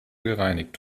gereinigt